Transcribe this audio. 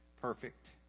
perfect